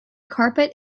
carpet